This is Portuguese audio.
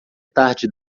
tarde